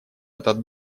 этот